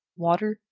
water,